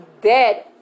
dead